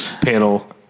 panel